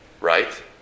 right